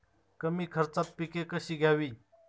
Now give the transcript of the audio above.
कमी खर्चात पिके कशी घ्यावी?